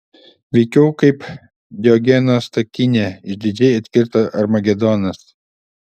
veikiau jau kaip diogeno statinė išdidžiai atkirto armagedonas